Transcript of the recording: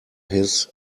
his